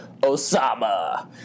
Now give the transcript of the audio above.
Osama